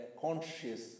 conscious